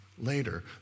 later